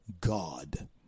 God